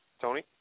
Tony